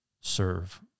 serve